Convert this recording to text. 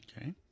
Okay